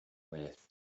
with